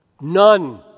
None